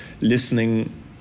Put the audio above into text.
listening